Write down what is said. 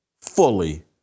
fully